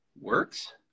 works